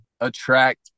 attract